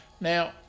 Now